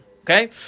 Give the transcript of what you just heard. okay